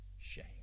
shame